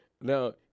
Now